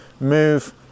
move